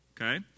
okay